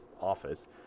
office